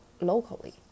locally